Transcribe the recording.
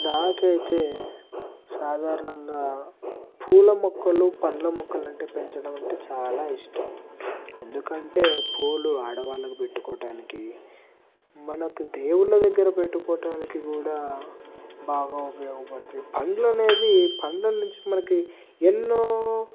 నాకైతే సాధారణంగా పూల మొక్కలు పండ్ల మొక్కలు అంటే పెంచడం అంటే చాలా ఇష్టం ఎందుకంటే పూలు ఆడవాళ్ళకి పెట్టుకోవడానికి మనకు దేవుళ్ళ దగ్గర పెట్టుకోవటానికి కూడా బాగా ఉపయోగపడతాయి పండ్లు అనేది పండ్ల నుంచి మనకి ఎన్నో